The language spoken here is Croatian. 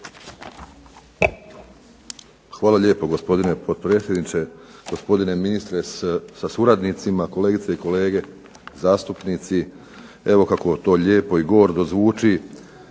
Hvala lijepo gospodine potpredsjedniče, gospodine ministre sa suradnicima, kolegice i kolege zastupnici. Evo, kako to lijepo i gordo zvuči